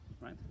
right